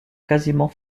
quasiment